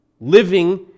Living